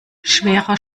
schwerer